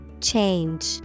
change